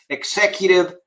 executive